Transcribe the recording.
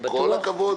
עם כל הכבוד.